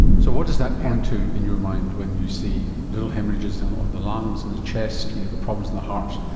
so what does that point to in your mind when you see little haemorrhages um on the lungs and the chest, when you've got problems in the heart,